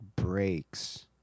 Breaks